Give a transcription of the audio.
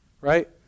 Right